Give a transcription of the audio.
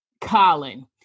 colin